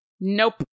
Nope